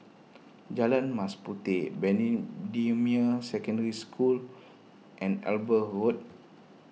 Jalan Mas Puteh Secondary School and Eber Road